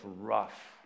rough